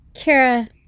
Kara